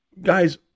Guys